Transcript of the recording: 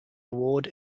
award